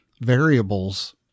variables